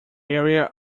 area